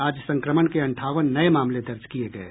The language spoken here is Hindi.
आज संक्रमण के अंठावन नये मामले दर्ज किये गये